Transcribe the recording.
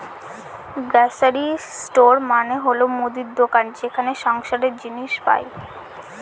grocery store মানে হল মুদির দোকান যেখানে সংসারের জিনিস পাই